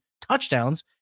touchdowns